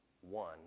one